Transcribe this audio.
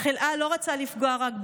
החלאה לא רצה לפגוע רק בה,